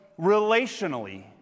relationally